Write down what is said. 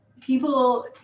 people